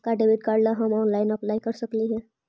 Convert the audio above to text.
का debit card ला हम ऑनलाइन अप्लाई कर सकली हे?